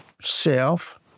self